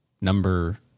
number